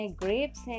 grapes